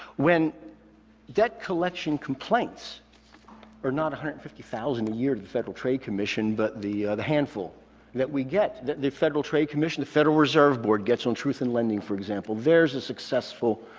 when debt collection complaints are not one fifty thousand a year to the federal trade commission but the handful that we get, that the federal trade commission, the federal reserve board gets on truth in lending, for example, there's a successful